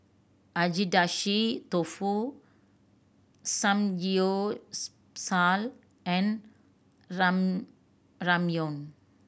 Agedashi Dofu and Ramyeon